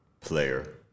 player